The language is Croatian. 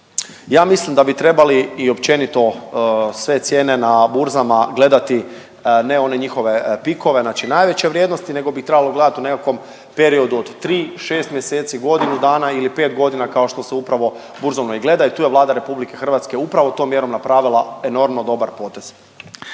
Ja mislim da bi trebali i općenito sve cijene na burzama gledati ne one njihove pikove, znači najveće vrijednosti nego bi ih trebalo gledat u nekakvom periodu od tri, 6 mjeseci, godinu dana ili pet godina kao što se upravo burzovno i gledaju. Tu je Vlada RH upravo tom mjerom napravila enormno dobar potez.